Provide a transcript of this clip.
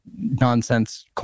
nonsense